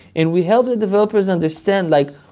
and we help the developers understand like,